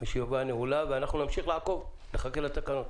הישיבה נעולה ואנחנו נמשיך לעקוב, נחכה לתקנות.